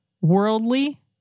worldly